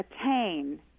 attain